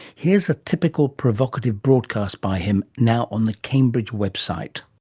here's a typical provocative broadcast by him, now on the cambridge website.